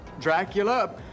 Dracula